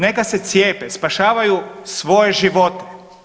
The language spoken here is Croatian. Neka se cijepe, spašavaju svoje živote.